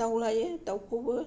दाउ लायो दाउखौबो